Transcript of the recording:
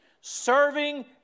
serving